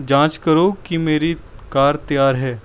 ਜਾਂਚ ਕਰੋ ਕਿ ਮੇਰੀ ਕਾਰ ਤਿਆਰ ਹੈ